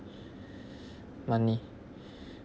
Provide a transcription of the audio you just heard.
money